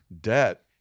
debt